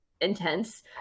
intense